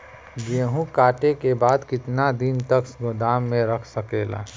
गेहूँ कांटे के बाद कितना दिन तक गोदाम में रह सकेला?